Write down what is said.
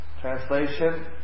translation